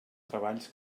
treballs